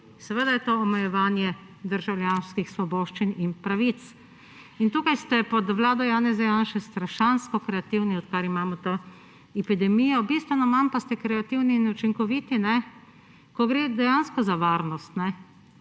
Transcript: seveda je to omejevanje državljanskih svoboščin in pravic! In tukaj ste pod vlado Janeza Janše strašansko kreativni, odkar imamo to epidemijo, bistveno manj pa ste kreativni in učinkoviti, ko gre dejansko za varnost